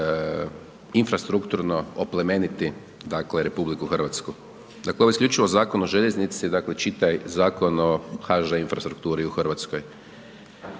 infrastrukturno oplemeniti, dakle, RH. Dakle, ovo je isključivo Zakon o željeznici, dakle, čitaj Zakon o HŽ infrastrukturi u RH. Stoga